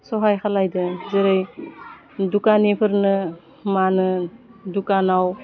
सहाय खालामदो जेरै दुखानिफोरनो मा होनो दुखानाव